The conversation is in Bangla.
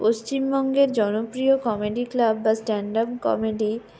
পশ্চিমবঙ্গের জনপ্রিয় কমেডি ক্লাব বা স্ট্যান্ড আপ কমেডি